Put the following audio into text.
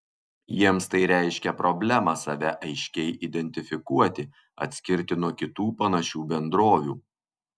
jiems tai reiškia problemą save aiškiai identifikuoti atskirti nuo kitų panašių bendrovių